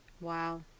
Wow